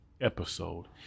episode